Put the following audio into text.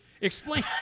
Explain